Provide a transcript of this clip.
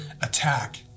attack